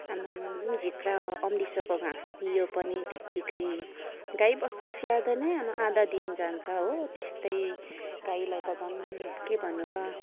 आम्ममम झिक्रा अम्लिसोको घाँस दियो पनि त्यत्तिकै गाई बस्तु स्याहार्दा नै आधा दिन जान्छ हो त्यस्तै गाईलाई त झन् के भन्नु र